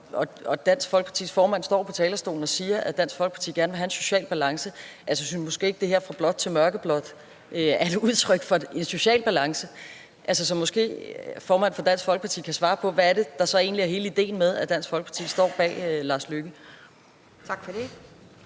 nu. Dansk Folkepartis formand står på talerstolen og siger, at Dansk Folkeparti gerne vil have en social balance. Jeg synes måske ikke, det her fra blåt til mørkeblåt er et udtryk for en social balance. Så måske kunne formanden for Dansk Folkeparti svare på, hvad det så egentlig er, der er hele ideen med, at Dansk Folkeparti står bag regeringen.